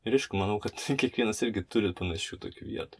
ir aišku manau kad kiekvienas irgi turi panašių tokių vietų